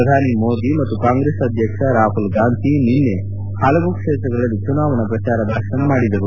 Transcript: ಪ್ರಧಾನಿ ಮೋದಿ ಮತ್ತು ಕಾಂಗ್ರೆಸ್ ಅಧ್ಯಕ್ಷ ರಾಮಲ್ ಗಾಂಧಿ ನಿನ್ನೆ ಪಲವು ಕ್ಷೇತ್ರಗಳಲ್ಲಿ ಚುನಾವಣೆ ಪ್ರಚಾರ ಭಾಷಣ ಮಾಡಿದರು